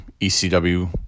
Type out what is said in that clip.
ECW